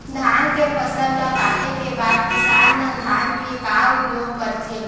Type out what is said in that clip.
धान के फसल ला काटे के बाद किसान मन धान के का उपयोग करथे?